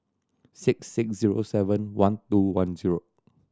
six six zero seven one two one zero